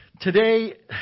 today